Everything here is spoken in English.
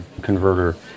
converter